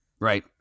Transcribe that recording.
Right